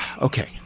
Okay